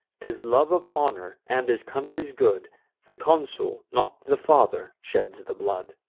t is love of honor, and his country's good the consul, not the father, sheds the blood.